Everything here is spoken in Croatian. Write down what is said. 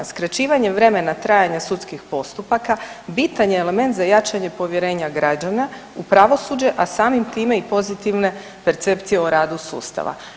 Skraćivanje vremena trajanja sudskih postupaka bitan je element za jačanje povjerenja građana u pravosuđe, a samim time i pozitivne percepcije o radu sustava.